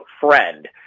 friend